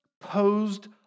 posed